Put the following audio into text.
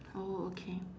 oh okay